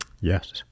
Yes